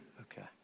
Okay